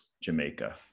Jamaica